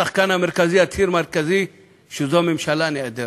השחקן המרכזי, הציר המרכזי, שזו הממשלה, נעדרת,